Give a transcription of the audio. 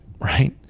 right